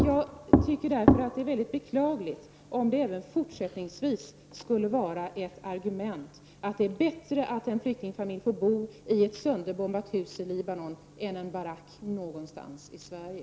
Jag tycker därför att det är beklagligt om det även fortsättningsvis skall vara ett argument att det är bättre att en flyktingfamilj bor i ett sönderbombat hus i Libanon än i en barack någonstans i Sverige.